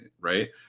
right